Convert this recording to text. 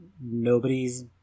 nobody's